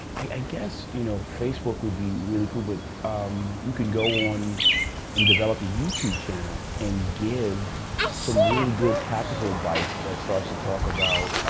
i guess you know facebook would be really cool but you can go on and develop a youtube channel and give some really good practical advice that starts to talk about